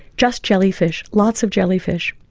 just jellyfish, lots of jellyfish.